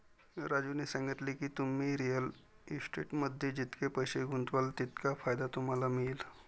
राजूने सांगितले की, तुम्ही रिअल इस्टेटमध्ये जितके पैसे गुंतवाल तितका फायदा तुम्हाला मिळेल